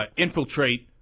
ah infiltrate